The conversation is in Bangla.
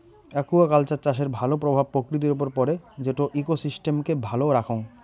একুয়াকালচার চাষের ভাল প্রভাব প্রকৃতির উপর পড়ে যেটো ইকোসিস্টেমকে ভালো রাখঙ